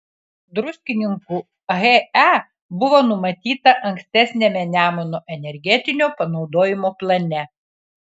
druskininkų he buvo numatyta ankstesniame nemuno energetinio panaudojimo plane